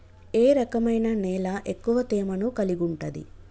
ఏ రకమైన నేల ఎక్కువ తేమను కలిగుంటది?